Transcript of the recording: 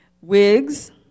Wigs